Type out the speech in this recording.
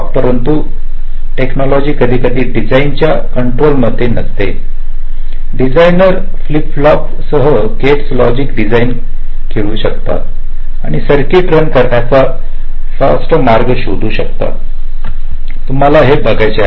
परंतु टेक्नॉलॉजी कधीकधी डीजाइनरच्या कंट्रोल मध्ये नसते डीजाइनर फ्लिप फ्लॉपसह गेट्ससह लॉजिक डीजाइनसह खेळू शकतात आणि सर्किटरण करण्याचे फास्टेस्ट मार्ग शोधू शकतात तुम्हाला हेच बघायचे आहे